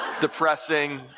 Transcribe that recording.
depressing